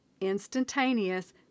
Instantaneous